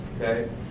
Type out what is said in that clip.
okay